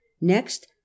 Next